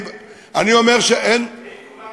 אם כולנו אחים,